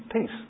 peace